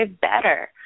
better